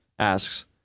asks